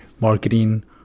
marketing